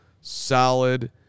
solid